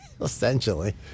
Essentially